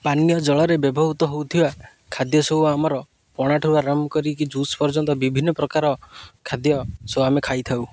ପାନୀୟ ଜଳରେ ବ୍ୟବହୃତ ହେଉଥିବା ଖାଦ୍ୟ ସବୁ ଆମର ପଣା ଠାରୁ ଆରମ୍ଭ କରିକି ଜୁସ୍ ପର୍ଯ୍ୟନ୍ତ ବିଭିନ୍ନ ପ୍ରକାର ଖାଦ୍ୟ ସବୁ ଆମେ ଖାଇଥାଉ